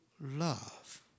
love